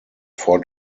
four